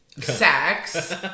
sex